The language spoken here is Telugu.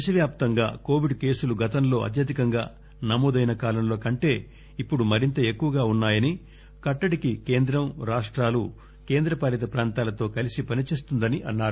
దేశవ్యాప్తంగా కోవిడ్ కేసులు గతంలో అత్యదికంగా నమోదైన కాలంలో కంటే ఇప్పుడు మరింత ఎక్కువగా ఉన్నాయని కట్టడికి కేంద్రం ిా రాష్టాలు కేంద్రపాలిత ప్రాంతాలతో కలిసి పనిచేస్తుందని అన్నారు